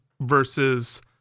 versus